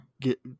get